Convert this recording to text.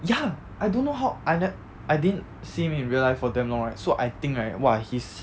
ya I don't know how I ne~ I didn't see him in real life for damn long right so I think right !wah! he's